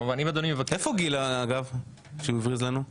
איפה גיל אגב שהוא הבריז לנו?